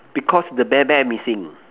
because the bear bear missing